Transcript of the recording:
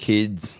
kids